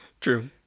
True